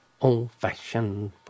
old-fashioned